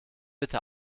bitte